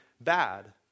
bad